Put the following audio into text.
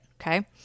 Okay